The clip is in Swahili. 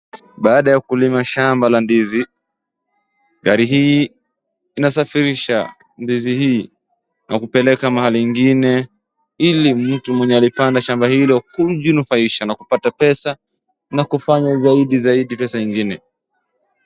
Baada ya kulima shamba la ndizi, gari hii inasafirisha ndizi hii na kupeleka mahali ingine ili mtu mwenye alipanda shamba hilo kujinufaisha na kupata pesa na kufanya zaidi zaidi pesa ingine.